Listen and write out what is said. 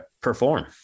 perform